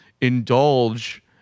indulge